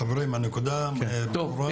חברים, הנקודה ברורה.